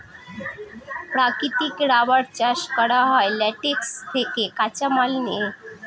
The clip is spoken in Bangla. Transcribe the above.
প্রাকৃতিক রাবার চাষ করা হয় ল্যাটেক্স থেকে কাঁচামাল নিয়ে